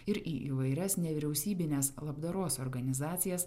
ir į įvairias nevyriausybines labdaros organizacijas